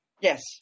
Yes